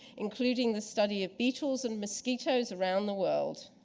including the study of beetles and mosquitoes around the world.